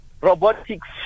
Robotics